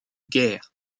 guerre